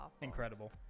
Incredible